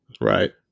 Right